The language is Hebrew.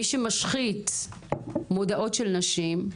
מי שמשחית מודעות של נשים,